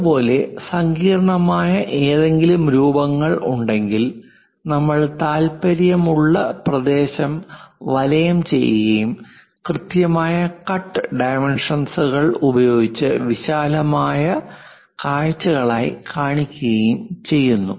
അതുപോലെ സങ്കീർണ്ണമായ ഏതെങ്കിലും രൂപങ്ങൾ ഉണ്ടെങ്കിൽ നമ്മൾ താൽപ്പര്യമുള്ള പ്രദേശം വലയം ചെയ്യുകയും കൃത്യമായ കട്ട് ഡൈമെൻഷൻസ്കൾ ഉപയോഗിച്ച് വിശാലമായ കാഴ്ചകളായി കാണിക്കുകയും ചെയ്യുന്നു